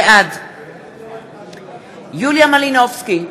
בעד יוליה מלינובסקי,